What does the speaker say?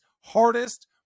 hardest